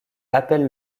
appelle